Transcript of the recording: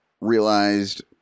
realized